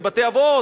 בבתי-אבות.